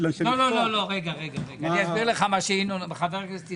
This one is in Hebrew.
לא, לא, אני אסביר לך מה שחבר הכנסת ינון אומר.